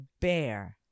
bear